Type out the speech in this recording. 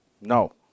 No